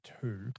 two